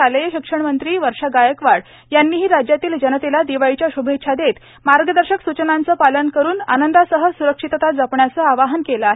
शालेय शिक्षण मंत्री वर्षा गायकवाड यांनीही राज्यातील जनतेला दिवाळीच्या शुभेच्छा देत मार्गदर्शक सूचनांचं पालन करून आनंदासह स्रक्षितता जपण्याचं आवाहन केलं आहे